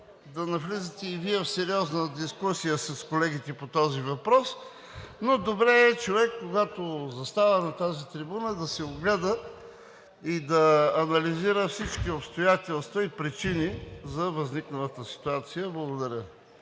да навлизате и Вие в сериозна дискусия с колегите по този въпрос, но добре е човек, когато застава на тази трибуна, да се огледа и да анализира всички обстоятелства и причини за възникналата ситуация. Благодаря.